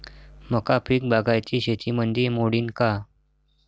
मका पीक बागायती शेतीमंदी मोडीन का?